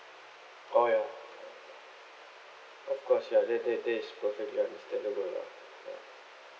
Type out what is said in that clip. oh ya of course ya that that that is perfectly understandable lah ya